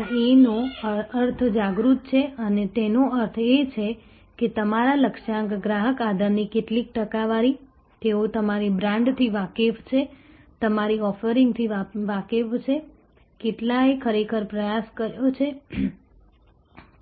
આ A નો અર્થ જાગૃત છે તેનો અર્થ એ છે કે તમારા લક્ષ્યાંક ગ્રાહક આધારની કેટલી ટકાવારી તેઓ તમારી બ્રાંડથી વાકેફ છે તમારી ઑફરિંગથી વાકેફ છે કેટલાએ ખરેખર પ્રયાસ કર્યો છે